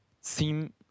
seem